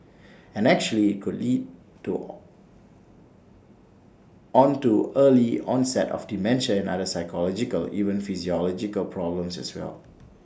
and actually could lead to on to early onset of dementia and other psychological even physiological problems as well